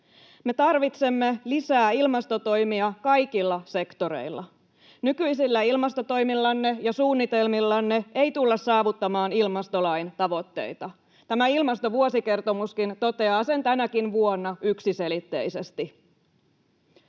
Me tarvitsemme lisää ilmastotoimia kaikilla sektoreilla. Nykyisillä ilmastotoimillanne ja suunnitelmillanne ei tulla saavuttamaan ilmastolain tavoitteita, tämä ilmastovuosikertomuskin toteaa sen tänäkin vuonna yksiselitteisesti.